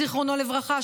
זיכרונו לברכה,